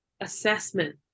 assessment